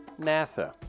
nasa